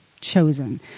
chosen